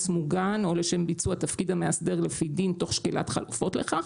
מוגן או לשם ביצוע תפקיד המאסדר לפי דין תוך שקילת חלופות לכך".